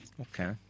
okay